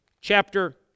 chapter